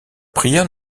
prière